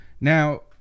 Now